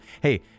hey